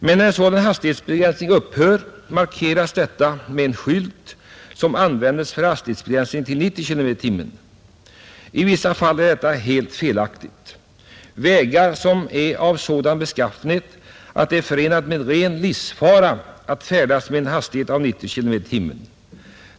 Men när en sådan hastighetsbegränsning upphör markeras detta med den skylt som används för hastighetsbegränsning till 90 km i timmen, I vissa fall är detta helt felaktigt. Det kan gälla vägar av sådan beskaffenhet att det är förenat med ren livsfara att där färdas med en hastighet av 90 km i timmen.